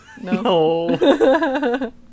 no